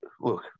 look